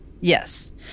Yes